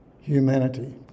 humanity